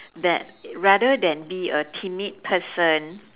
that rather than be a timid person